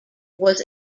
was